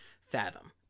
fathom